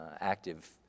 active